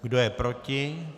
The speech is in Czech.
Kdo je proti?